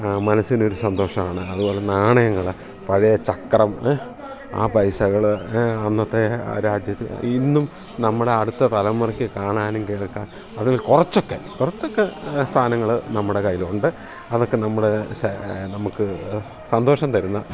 മനസ്സിനൊരു സന്തോഷമാണ് അതുപോലെ നാണയങ്ങൾ പഴയ ചക്രം ആ പൈസകൾ അന്നത്തെ ആ രാജ്യത്ത് ഇന്നും നമ്മുടെ അടുത്ത തലമുറക്ക് കാണാനും കേൾക്കാൻ അതിൽ കുറച്ചൊക്കെ കുറച്ചൊക്കെ സാധനങ്ങൾ നമ്മുടെ കയ്യിലുണ്ട് അതൊക്കെ നമ്മുടെ നമുക്ക് സന്തോഷം തരുന്ന